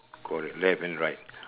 correct left and right